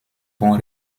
bon